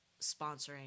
sponsoring